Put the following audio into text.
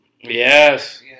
Yes